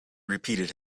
repeated